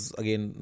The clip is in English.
again